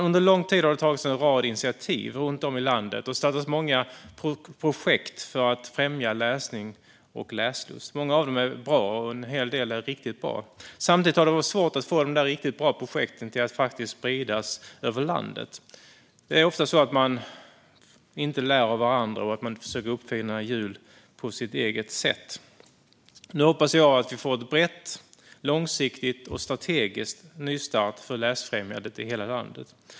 Under lång tid har det tagits en rad initiativ runt om i landet, och det har startats många projekt för att främja läsning och läslust. Många av dem är bra, och en hel del av dem är riktigt bra. Samtidigt har det varit svårt att få de riktigt bra projekten att spridas över landet. Det är ofta så att man inte lär av varandra och att man försöker uppfinna hjulet på sitt eget sätt. Nu hoppas jag att vi får en bred, långsiktig och strategisk nystart för läsfrämjandet i hela landet.